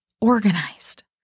organized